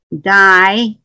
die